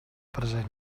present